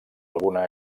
alguna